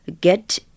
get